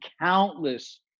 countless